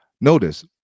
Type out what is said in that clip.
Notice